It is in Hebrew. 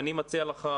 אני מציע לך,